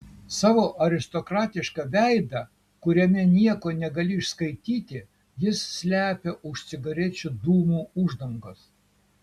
savo aristokratišką veidą kuriame nieko negali išskaityti jis slepia už cigarečių dūmų uždangos